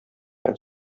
һәм